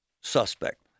suspect